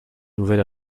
nouvel